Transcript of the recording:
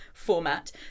format